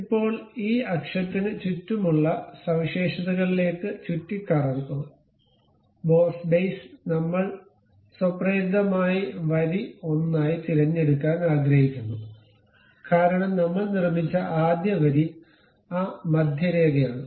ഇപ്പോൾ ഈ അക്ഷത്തിന് ചുറ്റുമുള്ള സവിശേഷതകളിലേക്ക് ചുറ്റിക്കറങ്ങുക ബോസ് ബേസ് നമ്മൾ സ്വപ്രേരിതമായി വരി 1 ആയി തിരഞ്ഞെടുക്കാൻ ആഗ്രഹിക്കുന്നു കാരണം നമ്മൾ നിർമ്മിച്ച ആദ്യ വരി ആ മധ്യരേഖയാണ്